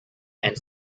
and